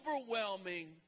overwhelming